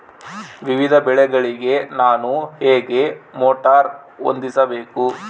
ವಿವಿಧ ಬೆಳೆಗಳಿಗೆ ನಾನು ಹೇಗೆ ಮೋಟಾರ್ ಹೊಂದಿಸಬೇಕು?